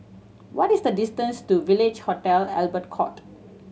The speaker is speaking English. what is the distance to Village Hotel Albert Court